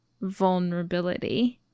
vulnerability